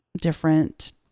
different